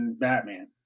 Batman